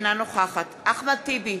אינה נוכחת אחמד טיבי,